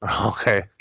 Okay